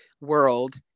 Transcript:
world